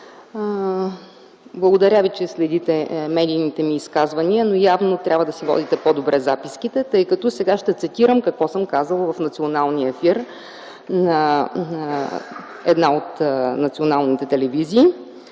Благодаря Ви, че следите медийните ми изказвания, но явно трябва да си водите по-добре записките. Сега ще цитирам какво съм казала в националния ефир на една от националните телевизии